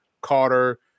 Carter